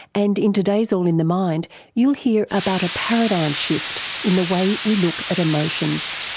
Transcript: and in today's all in the mind you'll hear about a paradigm shift in the way we look at emotions.